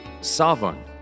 Savan